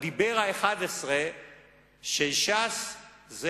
הדיבר ה-11 של ש"ס,